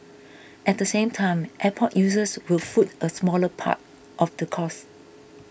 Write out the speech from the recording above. at the same time airport users will foot a smaller part of the cost